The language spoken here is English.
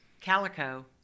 calico